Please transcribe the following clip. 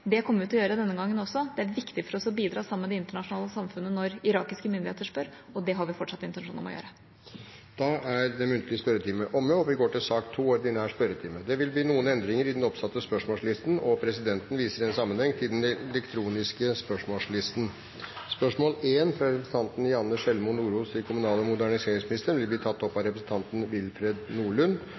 Det kommer vi til å gjøre denne gangen også. Det er viktig for oss å bidra sammen med det internasjonale samfunnet når irakiske myndigheter spør, og det har vi fortsatt intensjon om å gjøre. Den muntlige spørretimen er dermed omme. Det vil bli noen endringer i den oppsatte spørsmålslisten. Presidenten viser i den sammenheng til den elektroniske spørsmålslisten. De foreslåtte endringer foreslås godkjent. – Det anses vedtatt. Endringene var som følger: Spørsmål 1, fra representanten Janne Sjelmo Nordås til kommunal- og moderniseringsministeren, vil bli tatt opp av representanten Willfred Nordlund.